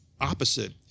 opposite